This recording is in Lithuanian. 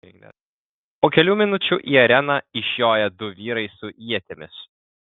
po kelių minučių į areną išjoja du vyrai su ietimis